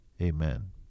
Amen